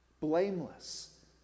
blameless